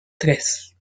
tres